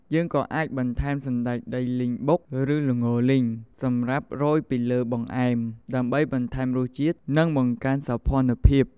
យើងក៏អាចបន្ថែម សណ្តែកដីលីងបុក ឬ ល្ងរលីង សម្រាប់រោយពីលើបង្អែម ដើម្បីបន្ថែមរសជាតិ និងបង្កើនសោភ័ណភាព។